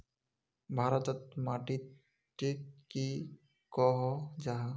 भारत तोत माटित टिक की कोहो जाहा?